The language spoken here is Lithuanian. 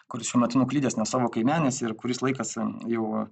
kuris šiuo metu nuklydęs ne savo kaimenės ir kuris laikas jau